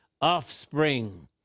offspring